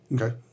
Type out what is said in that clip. okay